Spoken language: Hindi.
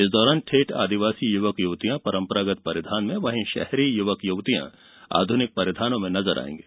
इस दौरान ठेठ आदिवासी युवक युवतियां परंपरागत परिधान में तो पढ़े लिखे युवक युवतियां आधुनिक परिधानों में नजर आएंगे